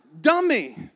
dummy